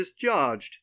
discharged